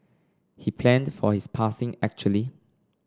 he planned for his passing actually